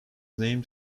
named